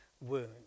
wound